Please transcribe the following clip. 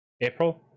April